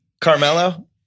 Carmelo